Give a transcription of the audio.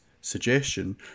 suggestion